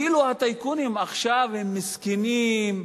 כאילו הטייקונים עכשיו הם מסכנים,